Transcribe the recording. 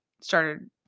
started